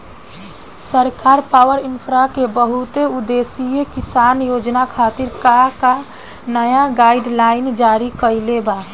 सरकार पॉवरइन्फ्रा के बहुउद्देश्यीय किसान योजना खातिर का का नया गाइडलाइन जारी कइले बा?